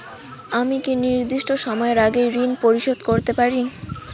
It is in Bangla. আমি কি নির্দিষ্ট সময়ের আগেই ঋন পরিশোধ করতে পারি?